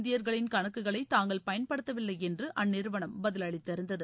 இந்தியர்களின் இத ஆனால் கணக்குகளைதாங்கள் பயன்படுத்தவில்லைஎன்றுஅந்நிறுவனம் பதிலளித்திருந்தது